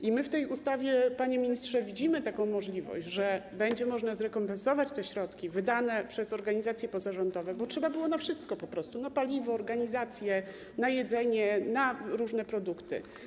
I my w tej ustawie, panie ministrze, widzimy taką możliwość, że będzie można zrekompensować te środki wydane przez organizacje pozarządowe, bo trzeba było środków na wszystko: na paliwo, organizację, jedzenie, różne produkty.